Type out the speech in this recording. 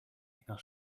enger